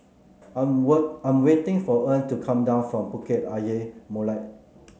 I'm I'm waiting for Earle to come down from Bukit Ayer Molek